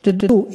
שתדעו.